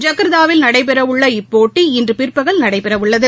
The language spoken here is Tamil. ஜன்த்தாவில் நடைபெறவுள்ள இப்போட்டி இன்றுபிற்பகல் நடைபெறவுள்ளது